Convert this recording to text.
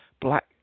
black